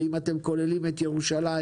אם אתם כוללים את ירושלים,